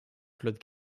claude